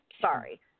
Sorry